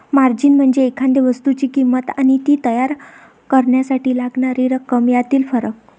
margin म्हणजे एखाद्या वस्तूची किंमत आणि ती तयार करण्यासाठी लागणारी रक्कम यातील फरक